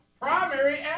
Primary